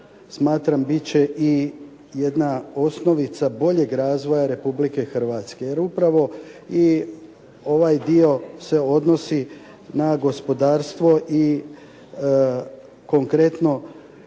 smatram bit će i jedna osnovica bolje razvoja Republike Hrvatske. Jer upravo i ovaj dio se odnosi na gospodarstvo i konkretno